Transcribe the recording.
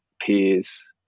peers